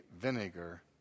vinegar